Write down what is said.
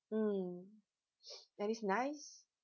mm and it's nice